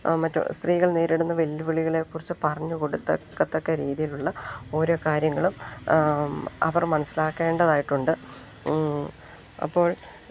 മറ്റ് സ്ത്രീകൾ നേരിടുന്ന വെല്ലുവിളികളെക്കുറിച്ച് പറഞ്ഞ കൊടുത്തക്കത്തക്ക രീതിയിലുള്ള ഓരോ കാര്യങ്ങളും അവർ മനസ്സിലാക്കേണ്ടതായിട്ടുണ്ട് അപ്പോൾ